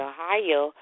Ohio